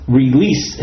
release